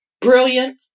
Brilliant